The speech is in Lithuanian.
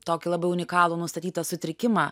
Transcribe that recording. tokį labai unikalų nustatytą sutrikimą